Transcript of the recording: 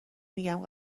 میگم